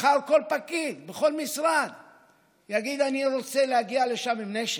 מחר כל פקיד בכל משרד יגיד: אני רוצה להגיע לשם עם נשק.